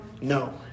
No